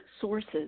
sources